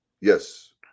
Yes